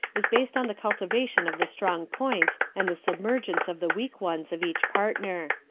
is based on the cultivation of the strong points and the submergence of the weak ones of each partner.